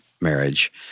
marriage